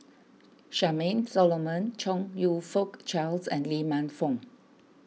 Charmaine Solomon Chong You Fook Charles and Lee Man Fong